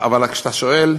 אבל כשאתה שואל,